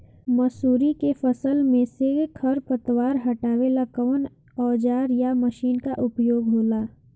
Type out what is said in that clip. मसुरी के फसल मे से खरपतवार हटावेला कवन औजार या मशीन का प्रयोंग होला?